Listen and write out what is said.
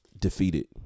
defeated